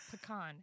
Pecan